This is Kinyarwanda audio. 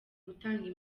gutanga